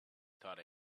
thought